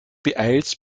beeilst